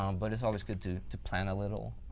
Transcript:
um but it's always good to to plan a little.